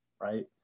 right